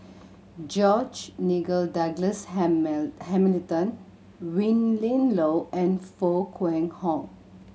George Nigel Douglas Hamilton Willin Low and Foo Kwee Horng